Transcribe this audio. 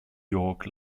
york